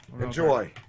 Enjoy